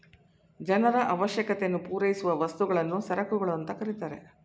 ಜನರ ಅವಶ್ಯಕತೆಯನ್ನು ಪೂರೈಸುವ ವಸ್ತುಗಳನ್ನು ಸರಕುಗಳು ಅಂತ ಕರೆತರೆ